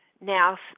Now